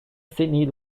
sydney